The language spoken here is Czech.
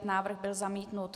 Návrh byl zamítnut.